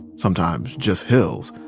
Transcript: sometimes just hills,